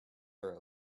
are